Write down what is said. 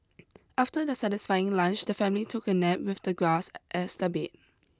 after their satisfying lunch the family took a nap with the grass as their bed